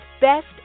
Best